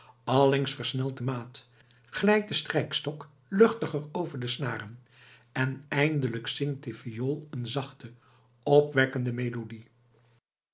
allengs versnelt de maat glijdt de strijkstok luchtiger over de snaren en eindelijk zingt de viool een zachte opwekkende melodie